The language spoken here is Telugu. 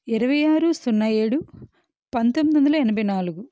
ఇరవై ఆరు సున్నా ఏడు పంతొమ్మిది వందల ఎనభై నాలుగు